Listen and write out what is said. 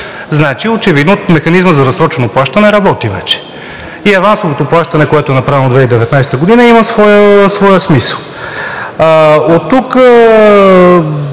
Значи очевидно механизмът за разсрочено плащане работи вече и авансовото плащане, което е направено 2019 г., има своя смисъл. Оттук